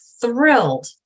thrilled